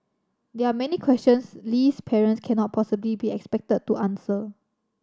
there are many questions Lee's parents cannot possibly be expected to answer